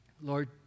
Lord